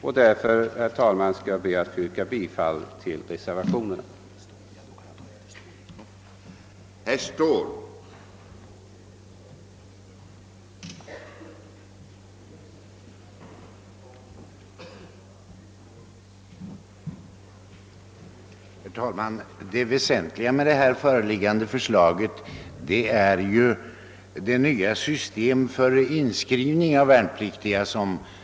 Jag yrkar därför bifall till reservationerna 1 och 2.